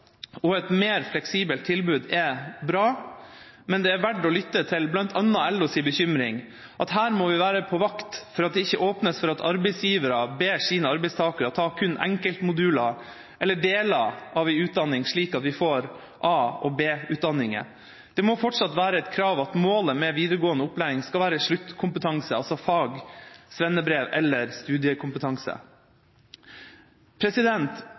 og et mer fleksibelt tilbud er bra, men det er verdt å lytte til bl.a. LOs bekymring, at her må vi være på vakt for at det ikke åpnes for at arbeidsgivere ber sine arbeidstakere ta kun enkeltmoduler eller deler av en utdanning, slik at vi får A- og B-utdanninger. Det må fortsatt være et krav at målet med videregående opplæring skal være sluttkompetanse, altså fagbrev, svennebrev eller studiekompetanse.